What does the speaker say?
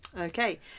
Okay